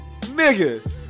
Nigga